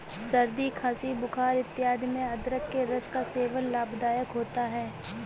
सर्दी खांसी बुखार इत्यादि में अदरक के रस का सेवन लाभदायक होता है